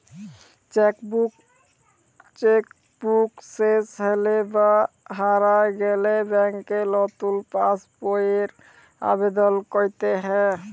cheque book শেস হৈলে বা হারায় গেলে ব্যাংকে লতুন পাস বইয়ের আবেদল কইরতে হ্যয়